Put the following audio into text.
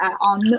on